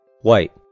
white